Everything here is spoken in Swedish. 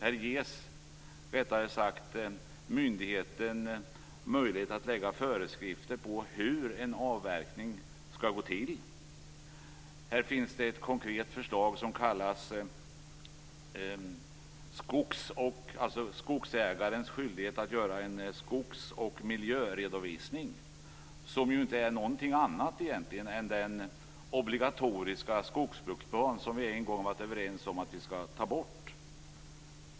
Här ges myndigheten möjlighet att lägga fram föreskrifter på hur en avverkning skall gå till. Här finns ett konkret förslag som gäller skogsägarens skyldighet att göra en skogs och miljöredovisning, som ju inte är någonting annat än den obligatoriska skogsbruksplan som vi en gång var överens om att ta bort.